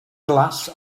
glass